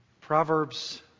Proverbs